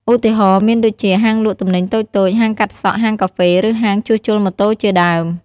ឧទាហរណ៍មានដូចជា ហាងលក់ទំនិញតូចៗ ហាងកាត់សក់ ហាងកាហ្វេ ឬហាងជួសជុលម៉ូតូជាដើម។